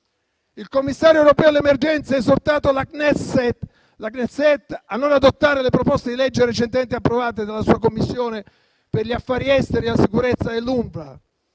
Il Commissario europeo all'emergenza ha esortato la Knesset a non adottare le proposte di legge recentemente approvate nella sua Commissione per gli affari esteri e la sicurezza sull'UNRWA.